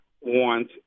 want